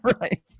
right